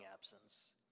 absence